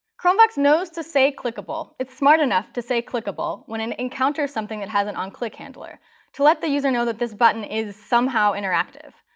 chromevox knows to say clickable. it's smart enough to say clickable when it encounters something that has an onclick handler to let the user know that this button is somehow interactive.